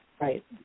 Right